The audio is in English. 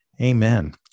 amen